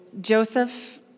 Joseph